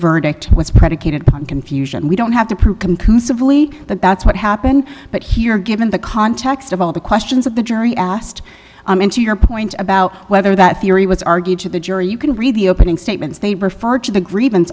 verdict was predicated upon confusion we don't have to prove conclusively that that's what happened but here given the context of all the questions that the jury asked i mean to your point about whether that theory was argued to the jury you can read the opening statements they referred to the grievance